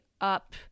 up